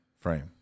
frame